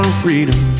freedom